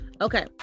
Okay